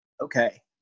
Okay